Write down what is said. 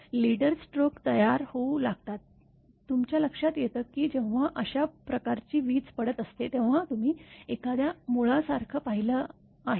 leader strokes तयार होऊ लागतात तुमच्या लक्षात येतं की जेव्हा अशा प्रकारची वीज पडत असते तेव्हा तुम्ही एखाद्या मुळासारखं पाहिलं आहे